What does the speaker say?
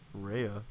Raya